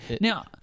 Now